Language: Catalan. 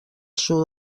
sud